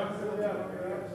ההצעה לכלול את